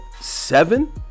seven